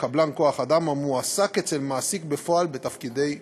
קבלן כוח אדם המועסק אצל מעסיק בפועל בתפקידי מחשוב.